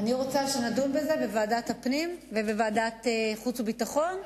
אני רוצה שנדון בזה בוועדת הפנים ובוועדת החוץ והביטחון.